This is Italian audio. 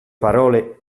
parole